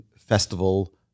festival